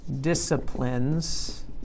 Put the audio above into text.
disciplines